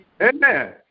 Amen